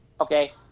Okay